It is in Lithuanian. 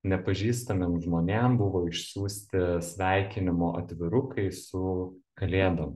nepažįstamiem žmonėm buvo išsiųsti sveikinimo atvirukai su kalėdom